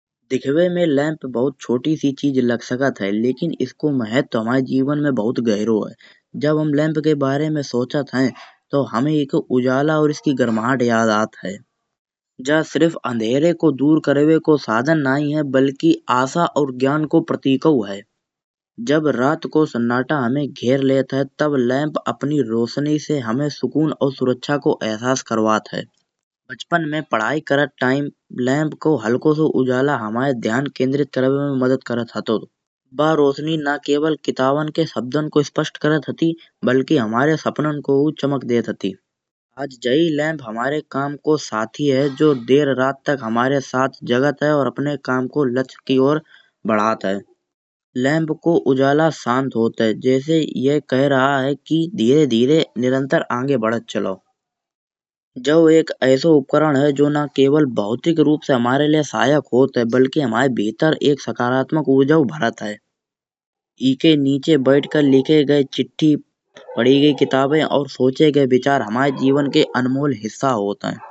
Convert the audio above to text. दिखवे में लैंप भुत छोटी सी चीज लग सकत है। लेकिन इसको महत्व हमाये जीवन में भुत गहरे है। जब हम लम्प के बारे में सोचत हैं तो एक उजाला और इसकी गर्माहट याद आती है। जसिरफ अन्हेरे के दूर करवे को साधन नाहीं है बलकी आसा और ज्ञान को प्रतीकहु है। जब रात को सन्नाटा हमे घेेर लेत है तब लम्प अपनी रोशनी से हमे सुकून और सुरक्षा को अहसास करवात है। बचपन में पढ़ाई करत टाइम लम्प को हलको सो उजाला हुमाओ ध्यान केंद्रित करवान में मदद करत हाथो। बा रोशनी न केवल किताबन के शब्दन को स्पष्ट करत हती बलकी हमारे सपनन को हु चमक देत हती। आज जही लम्प हमारे काम को साथी है जो देर रात को हमारे साथ जगत है और अपने काम को लक्ष्य की और बढ़ात है। लम्प को उजाला शांत होत है जैसे ये कह रहा है कि धीरे धीरे निरंतर आगे बढ़त चलो। जो एक ऐसो उपकरण है जो न केवल भौतिक रूप से हमारे लिए सहायक होत है। बलकी हमाये भीतर एक सकारात्मक ऊर्जा भरत है। ई के नीचे बैठ के लिखे गए चिट्ठी, पढ़ी गई किताबे और सोचे गए विचार हमाये जीवन के अनमोल हिस्सा होत है।